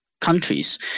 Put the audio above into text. countries